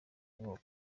ubwoko